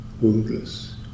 woundless